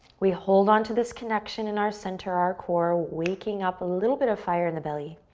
we hold on to this connection in our center, our core, waking up a little bit of fire in the belly.